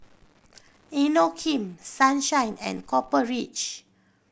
Inokim Sunshine and Copper Ridge